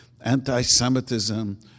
anti-Semitism